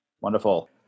Wonderful